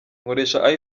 nkoresha